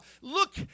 Look